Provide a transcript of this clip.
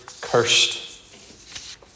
cursed